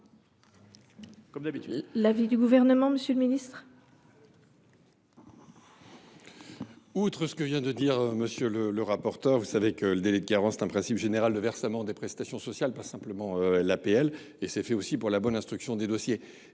au Gouvernement, monsieur le ministre.